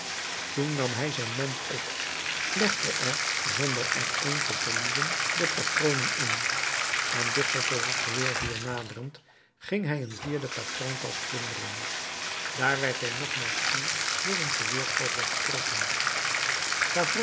toen nam hij zijn mand op legde er zonder er een te verliezen de patronen in en dichter tot het geweervuur naderend ging hij een vierde patroontasch plunderen daar werd hij nogmaals schier door een geweerkogel getroffen